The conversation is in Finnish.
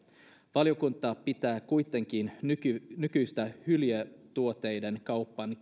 valiokunta pitää kuitenkin nykyistä nykyistä hyljetuotteiden kaupan